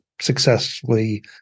successfully